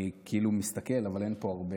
אני כאילו מסתכל, אבל אין פה הרבה.